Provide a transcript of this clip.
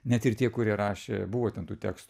net ir tie kurie rašė buvo ten tų tekstų